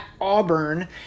Auburn